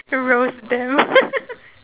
you'll roast them